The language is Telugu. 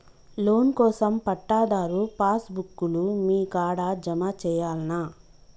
లోన్ కోసం పట్టాదారు పాస్ బుక్కు లు మీ కాడా జమ చేయల్నా?